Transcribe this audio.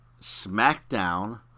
SmackDown